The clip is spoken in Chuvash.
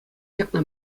ҫакна